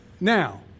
Now